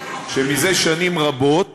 שזה שנים רבות